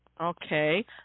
Okay